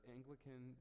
Anglican